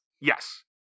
Yes